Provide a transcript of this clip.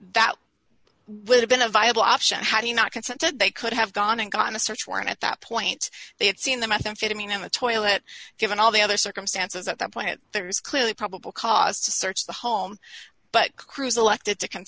that would have been a viable option how do you not consented they could have gone and gotten a search warrant at that point they had seen the methamphetamine in the toilet given all the other circumstances at that point there is clearly probable cause to search the home but cruz elected to